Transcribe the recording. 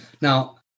Now